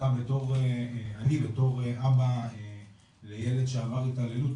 שאני בתור אבא לילד שעבר התעללות.